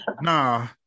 nah